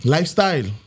Lifestyle